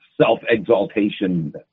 self-exaltation